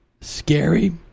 scary